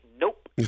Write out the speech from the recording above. Nope